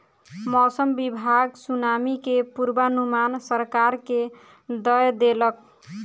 मौसम विभाग सुनामी के पूर्वानुमान सरकार के दय देलक